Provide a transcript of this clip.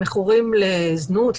הם מכורים לזנות,